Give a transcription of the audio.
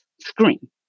screen